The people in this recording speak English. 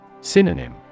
Synonym